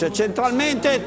centralmente